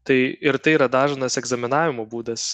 tai ir tai yra dažnas egzaminavimo būdas